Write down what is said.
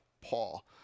Paul